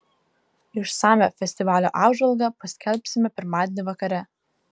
išsamią festivalio apžvalgą paskelbsime pirmadienį vakare